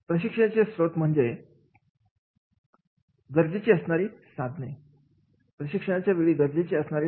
प्रशिक्षणाचे स्त्रोत म्हणजे प्रशिक्षणासाठी गरजेची असणारी साधने प्रशिक्षणाच्या वेळी गरजेचे असणारे साधन